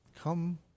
Come